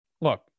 Look